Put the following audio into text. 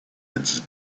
its